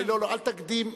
לא, אל תקדים.